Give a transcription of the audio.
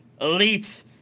Elite